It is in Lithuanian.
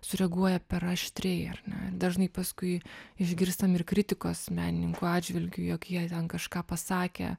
sureaguoja per aštriai ar dažnai paskui išgirstam ir kritikos menininkų atžvilgiu jog jie ten kažką pasakė